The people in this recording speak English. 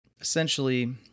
essentially